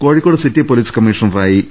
Kozhikode city police കമ്മിഷണറായി A